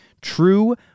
true